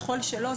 ככל שלא,